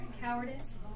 cowardice